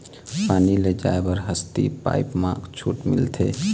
पानी ले जाय बर हसती पाइप मा छूट मिलथे?